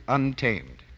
Untamed